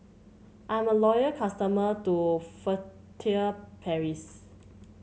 I'm a loyal customer to Furtere Paris